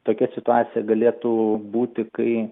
tokia situacija galėtų būti kai